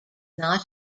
not